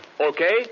Okay